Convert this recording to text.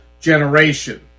generation